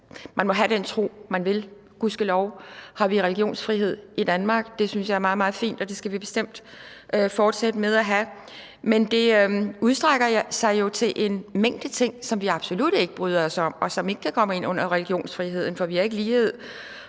man må have den tro, man vil – gudskelov har vi religionsfrihed i Danmark, og det synes jeg er meget, meget fint, og det skal vi bestemt fortsætte med at have – men det udstrækker sig jo til en mængde ting, som vi absolut ikke bryder os om, og som ikke kan komme ind under religionsfriheden, for vi har ikke